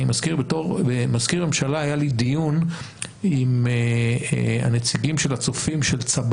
בתור מזכיר ממשלה היה לי דיון עם הנציגים של הצופים של צבר